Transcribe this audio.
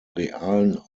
realen